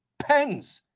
pens!